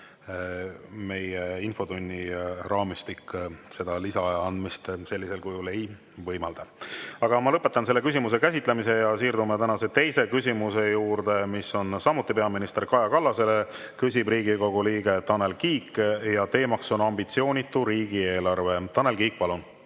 meie infotunni raamistik lisaaja andmist sellisel kujul ei võimalda. Aga ma lõpetan selle küsimuse käsitlemise. Siirdume tänase teise küsimuse juurde, mis on samuti peaminister Kaja Kallasele. Küsib Riigikogu liige Tanel Kiik ja teema on ambitsioonitu riigieelarve. Tanel Kiik, palun!